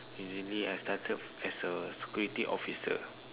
usually I started as a security officer